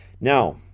Now